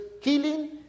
killing